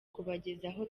kubagezaho